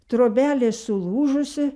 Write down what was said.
trobelė sulūžusi